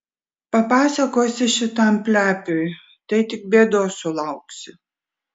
papasakosi šitam plepiui tai tik bėdos sulauksi